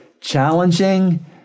challenging